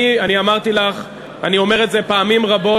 אני אמרתי לך, ואני אומר את זה פעמים רבות,